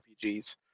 RPGs